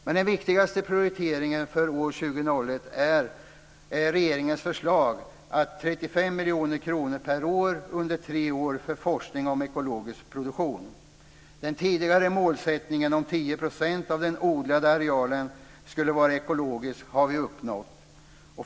Den viktigaste prioriteringen för år 2001 är regeringens förslag på 35 miljoner kronor per år under tre år för forskning om ekologisk produktion. Den tidigare målsättningen om att 10 % av de odlade arealen ska vara ekologisk har vi uppnått.